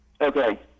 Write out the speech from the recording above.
Okay